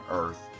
earth